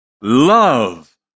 love